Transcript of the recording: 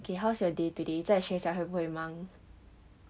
okay how's your day today 在学校会不会忙